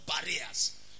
barriers